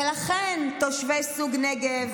ולכן, תושבי סוג נגב,